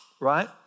right